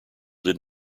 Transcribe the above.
did